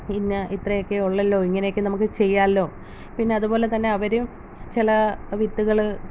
ഇന്ന ഇത്രെയൊക്കേ ഉള്ളല്ലോ ഇങ്ങനെയൊക്കെ നമുക്ക് ചെയ്യാമല്ലോ പിന്നെ അതുപോലെതന്നെ അവരും ചില വിത്തുകള്